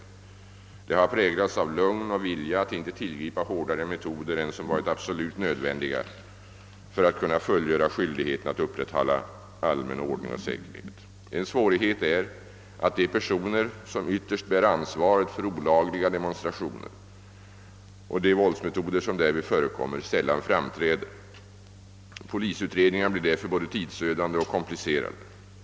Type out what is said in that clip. Detta har präglats av lugn och vilja att inte tillgripa hårdare metoder än som varit absolut nödvändiga för att kunna fullgöra skyldigheten att upprätthålla allmän ordning och säkerhet. En svårighet är att de personer som ytterst bär ansvaret för olagliga demonstrationer och de våldsmetoder som därvid förekommer sällan framträder. Polisutredningarna = blir därför både tidsödande och komplicerade.